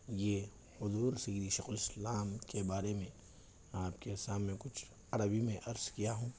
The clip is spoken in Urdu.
یہ حضور شیریں شیخُ الاسلام کے بارے میں آپ کے سامنے کچھ عربی میں عرض کیا ہوں